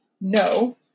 no